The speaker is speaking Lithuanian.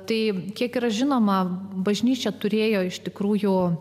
tai kiek yra žinoma bažnyčia turėjo iš tikrųjų